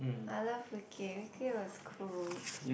I love Wicked Wicked was cool